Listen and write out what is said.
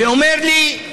והוא אומר לי: